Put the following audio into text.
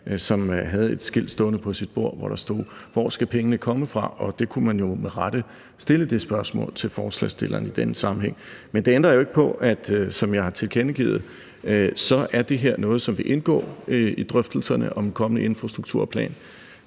havde et skilt stående på sit bord, hvor der stod: Hvor skal pengene komme fra? Og det spørgsmål kunne man jo med rette stille til forslagsstillerne i denne sammenhæng. Men det ændrer jo ikke på, som jeg har tilkendegivet, at det her er noget, som vil indgå i drøftelserne om den kommende infrastrukturplan.